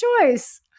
choice